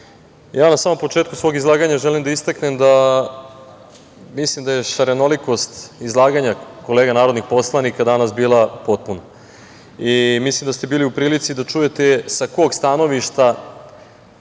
ja na samom početku svog izlaganja želim da istaknem da mislim da je šarenolikost izlaganja kolega narodnih poslanika danas bila potpuna. Mislim da ste bili u prilici da čujete sa kog stanovišta